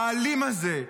האלים הזה,